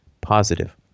positive